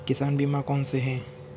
किसान बीमा कौनसे हैं?